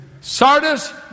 Sardis